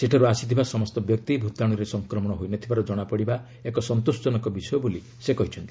ସେଠାରୁ ଆସିଥିବା ସମସ୍ତ ବ୍ୟକ୍ତି ଭୂତାଣୁରେ ସଂକ୍ରମଣ ହୋଇନଥିବାର ଜଣାପଡ଼ିବା ଏକ ସନ୍ତୋଷ ଜନକ ବିଷୟ ବୋଲି ସେ କହିଛନ୍ତି